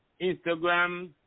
Instagram